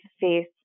face